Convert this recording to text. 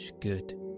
good